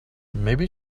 maybe